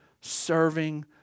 serving